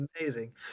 amazing